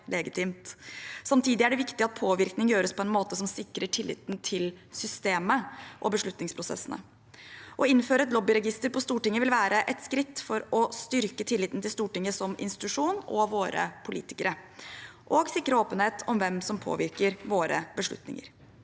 Samtidig er det viktig at påvirkning gjøres på en måte som sikrer tilliten til systemet og beslutningsprosessene. Å innføre et lobbyregister på Stortinget vil være et skritt mot å styrke tilliten til Stortinget som institusjon og våre politikere, og sikre åpenhet om hvem som påvirker våre beslutninger.